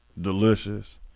delicious